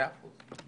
מאה אחוז.